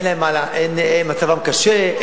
מצבם קשה,